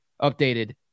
updated